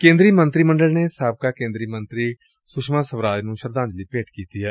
ਕੇਦਰੀ ਮੰਤਰੀ ਮੰਡਲ ਨੇ ਸਾਬਕਾ ਕੇਦਰੀ ਮੰਤਰੀ ਸੁਸ਼ਮਾ ਸਵਰਾਜ ਨੂੰ ਸ਼ਰਧਾਜਲੀ ਭੇਟ ਕੀਡੀ ਏ